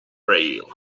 rail